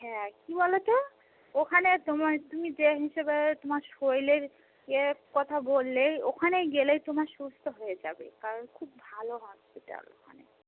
হ্যাঁ কী বলো তো ওখানে তোমায় তুমি যে হিসেবে তোমার শরীরের ইয়ের কথা বললেই ওখানেই গেলে তোমার সুস্থ হয়ে যাবে কারণ খুব ভালো হসপিটাল ওখানে